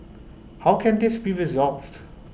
how can this be resolved